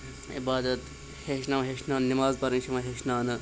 عبادَت ہیٚچھناوان ہیٚچھناون نٮ۪ماز پَرٕنۍ چھِ یِوان ہیٚچھناونہٕ